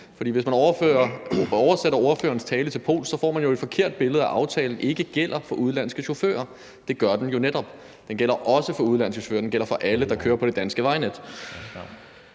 hvis man oversætter ordførerens tale til polsk, får man jo et forkert billede, altså at aftalen ikke gælder for udenlandske chauffører. Det gør den jo netop. Den gælder også for udenlandske chauffører. Den gælder for alle, der kører på det danske vejnet.